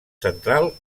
central